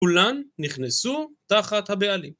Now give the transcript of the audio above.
כולן נכנסו תחת הבעלים